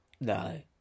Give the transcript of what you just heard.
no